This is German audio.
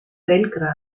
belgrad